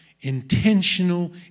intentional